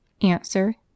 Answer